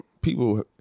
people